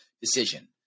decision